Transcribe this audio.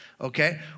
Okay